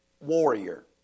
warrior